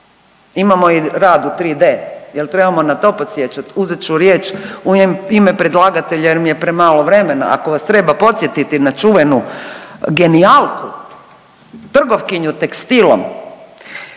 Imamo i rad u 3D jel trebamo i na to podsjećat? Uzet ću riječ u ime predlagatelja jer mi je premalo vremena, ako vas treba podsjetiti na čuvenu genijalku trgovkinju tekstilom